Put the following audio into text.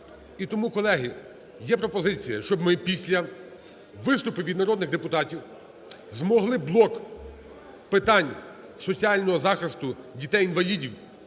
І тому, колеги, є пропозиція, щоб ми після виступів народних депутатів змогли блок питань соціального захисту дітей-інвалідів,